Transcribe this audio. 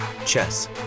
Chess